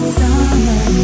summer